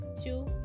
two